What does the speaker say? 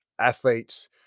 athletes